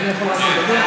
אדוני יכול רק לדבר.